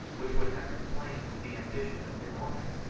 which would have inflamed the ambition of the norman,